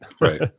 right